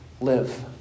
live